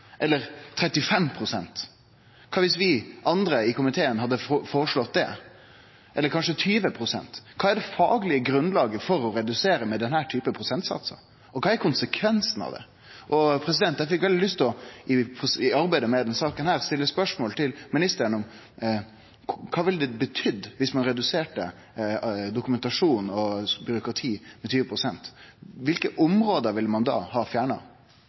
Eller 35 pst.? Kva om vi andre i komiteen hadde foreslått det? Eller kanskje 20 pst.? Kva er det faglege grunnlaget for å redusere med denne typen prosentsats? Kva er konsekvensen av det? Eg fekk veldig lyst til i arbeidet med denne saka å stille spørsmål til ministeren om kva det ville betydd dersom ein reduserte dokumentasjonen og byråkratiet med 20 pst. – kva for område ville ein da ha fjerna?